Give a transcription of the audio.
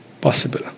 possible